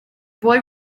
boy